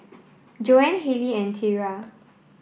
Joann Hayley and Tyra